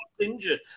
injured